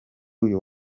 uyu